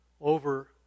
over